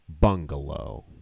bungalow